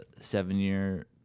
seven-year